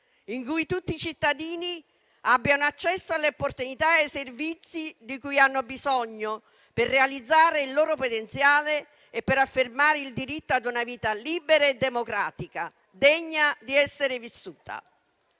in cui tutti i cittadini abbiano accesso alle opportunità e ai servizi di cui hanno bisogno per realizzare il loro potenziale e per affermare il diritto ad una vita libera e democratica, degna di essere vissuta.